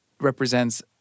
represents